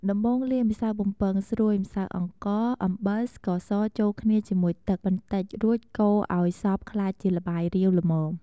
ដំបូងលាយម្សៅបំពងស្រួយ ម្សៅអង្ករ អំបិល ស្ករស ចូលគ្នាជាមួយទឹកបន្តិចរួចកូរឱ្យសព្វក្លាយជាល្បាយរាវល្មម។